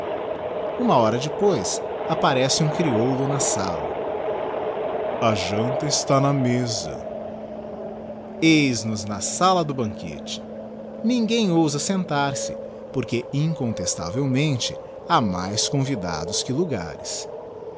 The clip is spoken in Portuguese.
uma hora depois apparece um crioulo na sala r k janta está na mesa eis nos nasala do banquete ninguém ousa sentar-se porque incontestavelmente ha mais convidados que legares